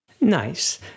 Nice